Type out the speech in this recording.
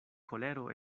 kolero